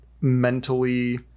mentally